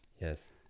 Yes